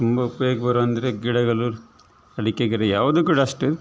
ತುಂಬ ಉಪಯೋಗಕ್ಕೆ ಬರೋದಂದರೆ ಗಿಡಗಳು ಅಡಿಕೆ ಗಿಡ ಯಾವುದು ಕೂಡ ಅಷ್ಟೇ